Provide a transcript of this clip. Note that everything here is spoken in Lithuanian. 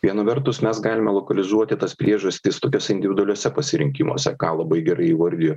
viena vertus mes galime lokalizuoti tas priežastis tokiuose individualiuose pasirinkimuose ką labai gerai įvardijo